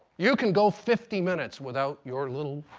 you can go fifty minutes without your little